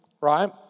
right